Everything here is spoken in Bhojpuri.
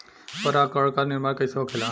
पराग कण क निर्माण कइसे होखेला?